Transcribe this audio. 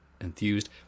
enthused